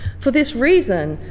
for this reason,